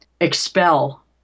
expel